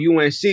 UNC